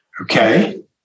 Okay